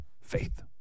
Faith